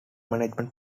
management